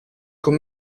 con